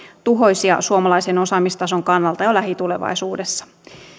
tuhoisia suomalaisen osaamistason kannalta jo lähitulevaisuudessa